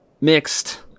mixed